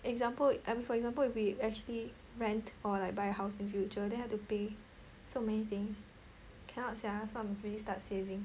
example I mean for example if we actually rent or like buy a house in future then have to pay so many things cannot sia so I'm really start saving